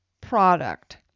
product